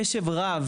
לקהילה,